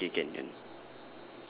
okay okay can can